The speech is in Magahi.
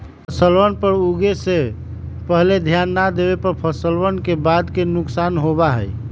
फसलवन पर उगे से पहले ध्यान ना देवे पर फसलवन के बाद के नुकसान होबा हई